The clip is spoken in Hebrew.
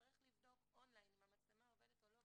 ויצטרך לבדוק on line אם המצלמה עובדת או לא,